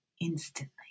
instantly